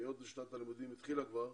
היות ושנת הלימודים התחילה כבר,